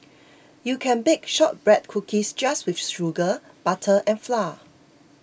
you can bake Shortbread Cookies just with sugar butter and flour